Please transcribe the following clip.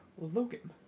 Logan